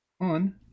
on